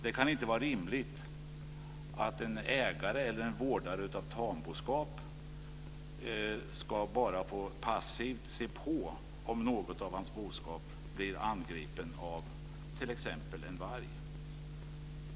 Det kan inte vara rimligt att en ägare eller en vårdare av tamboskap bara passivt ska se på när hans boskap blir angripet av t.ex. en varg.